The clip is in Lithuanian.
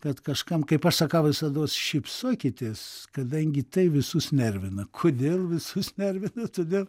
kad kažkam kaip aš sakau visados šypsokitės kadangi tai visus nervina kodėl visus nervina todėl